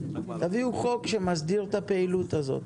תביאו חוק שמסדיר את הפעילות הזאת.